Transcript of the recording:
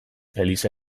eliza